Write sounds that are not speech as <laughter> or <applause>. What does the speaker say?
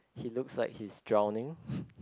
he looks like he's drowning <breath>